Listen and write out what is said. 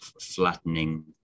flattening